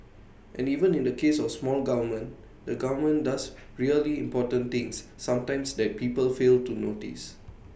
and even in the case of small government the government does really important things sometimes that people fail to notice